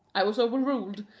i was overruled,